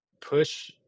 push